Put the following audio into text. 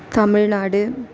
Tamil Nadu